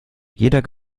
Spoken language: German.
jeder